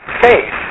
faith